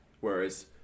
whereas